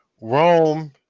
Rome